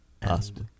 possible